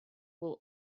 will